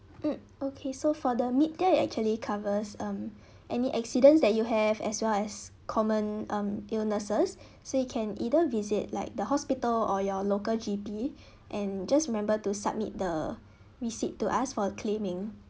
mm okay so for the mid tier it actually covers um any accidents that you have as well as common um illnesses so you can either visit like the hospital or your local G_P and just remember to submit the receipt to us for claiming